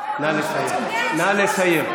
נא לסיים, נא לסיים.